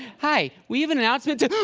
hi, we have an announcement to